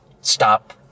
stop